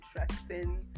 interesting